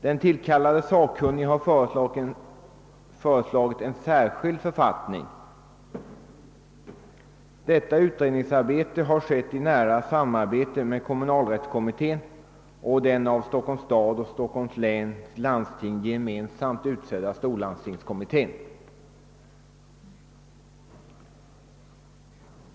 Den tillkallade sakkunnige har föreslagit en särskild författning. Utredningsarbetet har bedrivits i nära samarbete med kommunalrättskommittén och den av Stockholms stad och Stockholms läns landsting gemensamt utsedda storlandstingskommittén.